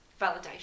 validation